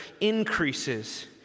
increases